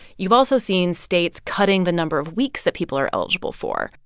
you've also seen states cutting the number of weeks that people are eligible for.